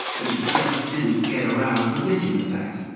he just didn't get around to admitting the fact.